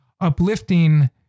uplifting